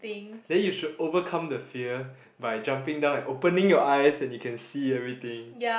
then you should overcome the fear by jumping down and opening your eyes then you can see everything